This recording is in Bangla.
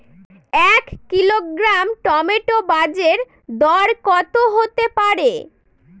এক কিলোগ্রাম টমেটো বাজের দরকত হতে পারে?